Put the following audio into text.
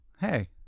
Hey